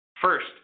First